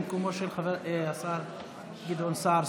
במקום השר גדעון סער,